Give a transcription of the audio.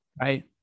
right